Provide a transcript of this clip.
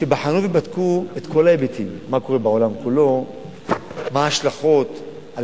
שבחנו ובדקו את כל ההיבטים: מה קורה בעולם כולו,